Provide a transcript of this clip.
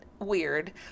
weird